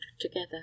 together